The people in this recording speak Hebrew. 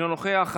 אינו נוכח,